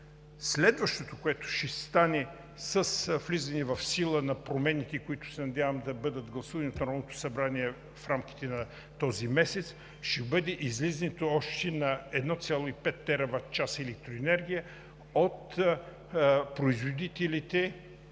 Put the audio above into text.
Следващото, което ще стане с влизане в сила на промените, които се надявам да бъдат гласувани от Народното събрание в рамките на този месец, ще бъде излизането още на 1,5 тераватчаса електроенергия от производителите